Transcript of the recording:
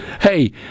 Hey